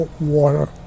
water